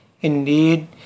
Indeed